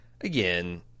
Again